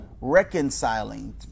reconciling